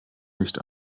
licht